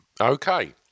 Okay